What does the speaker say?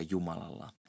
Jumalalla